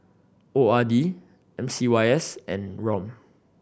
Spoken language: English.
O R D M C Y S and ROM